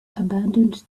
abandoned